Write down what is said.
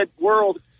world